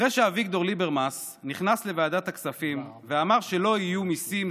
אחרי שאביגדור ליברמס נכנס לוועדת הכספים ואמר שלא יהיו מיסים,